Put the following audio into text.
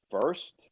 first